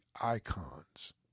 icons